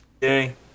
Yay